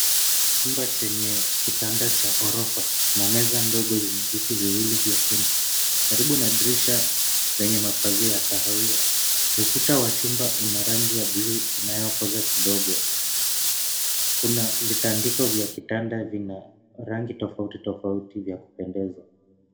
Chumba chenye kitanda cha ghorofa na meza ndogo yenye viti viwili vyekundu. Karibu na dirisha lenye mapazia ya kahawia, ukuta wa chumba una rangi ya bluu inayokoza kidogo. Kuna vitandiko vya kitanda, vina rangi tofauti tofauti vya kupendeza.